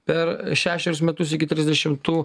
per šešerius metus iki trisdešimtų